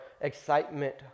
excitement